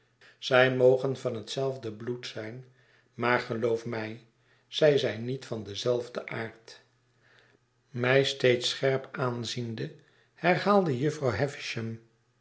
zij mogen van hetzelfde bloed zijn maar geloof mij zij zijn niet van denzelfden aard mij nog steeds scherp aanziende herhaalde jufvrouw